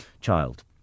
child